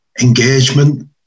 engagement